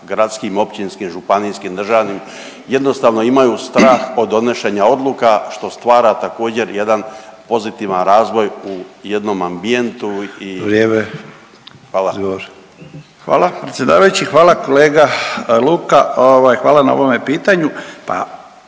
gradskim, općinskim, županijskim, državnim, jednostavno imaju strah od donošenja odluka, što stvara također, jedan pozitivan razvoj u jednom ambijentu i .../Upadica: Vrijeme./... hvala. **Sanader, Ante